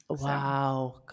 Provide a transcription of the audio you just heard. Wow